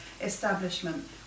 establishment